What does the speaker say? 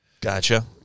Gotcha